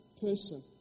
person